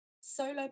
solo